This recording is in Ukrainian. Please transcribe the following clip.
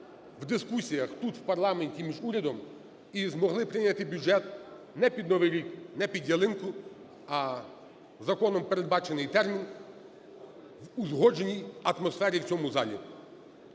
в дискусіях тут в парламенті між урядом і змогли прийняти бюджет не під новий рік, не під ялинку, а законом передбачений термін, в узгодженій атмосфері в цьому залі.